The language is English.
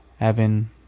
evan